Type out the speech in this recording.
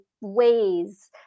ways